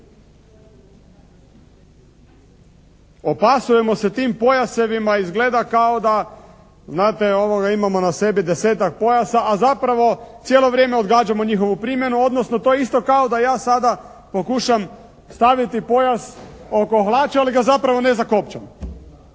Opasujemo se tim pojasevima, izgleda kao da znate imamo na sebi desetak pojasa a zapravo cijelo vrijeme odgađamo njihovu primjenu odnosno to je isto kao da ja sada pokušam staviti pojas oko hlača ali ga zapravo ne zakopčam.